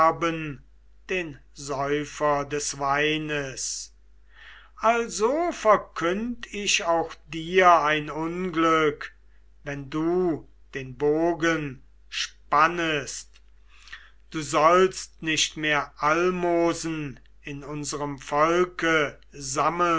den säufer des weines also verkünd ich auch dir dein unglück wenn du den bogen spannest du sollst nicht mehr almosen in unserem volke